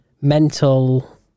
mental